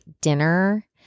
dinner